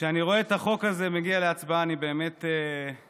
כשאני רואה את החוק הזה מגיע להצבעה אני באמת נרגש,